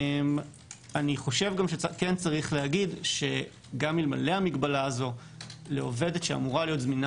כן צריך להגיד שגם אלמלא המגבלה הזו לעובדת שאמורה להיות זמינה